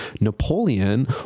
Napoleon